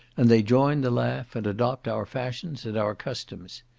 and they join the laugh, and adopt our fashions and our customs.